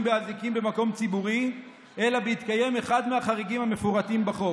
באזיקים במקום ציבורי אלא בהתקיים אחד מהחריגים המפורטים בחוק.